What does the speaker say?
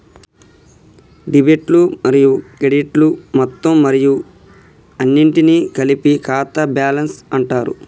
డెబిట్లు మరియు క్రెడిట్లు మొత్తం మరియు అన్నింటినీ కలిపి ఖాతా బ్యాలెన్స్ అంటరు